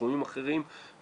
בתחומים אחרים,